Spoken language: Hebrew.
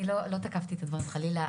אני לא תקפתי את הדברים, חלילה.